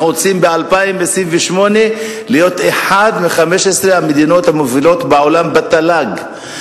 אנחנו רוצים ב-2028 להיות אחת מ-15 המדינות המובילות בעולם בתל"ג.